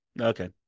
Okay